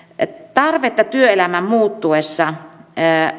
tarvetta työelämän muuttuessa